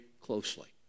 closely